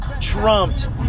trumped